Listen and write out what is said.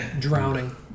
Drowning